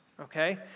Okay